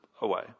away